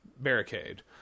barricade